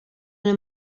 una